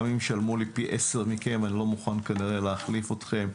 גם אם ישלמו לי פי עשרה מכם אני כנראה לא אהיה מוכן להחליף אתכם.